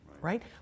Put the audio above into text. right